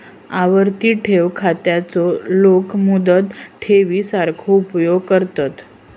आवर्ती ठेव खात्याचो लोक मुदत ठेवी सारखो उपयोग करतत